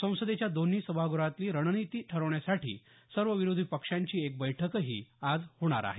संसदेच्या दोन्ही सभाग्रहातली रणनीती ठरवण्यासाठी सर्व विरोधी पक्षांची एक बैठकही आज होणार आहे